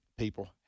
people